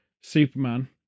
Superman